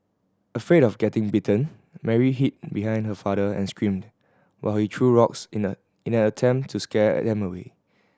afraid of getting bitten Mary hid behind her father and screamed while he threw rocks in an in an attempt to scare them away